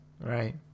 Right